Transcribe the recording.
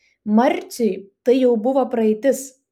marciui tai jau buvo praeitis